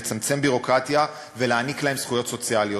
לצמצם ביורוקרטיה ולהעניק להם זכויות סוציאליות